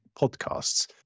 podcasts